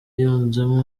yunzemo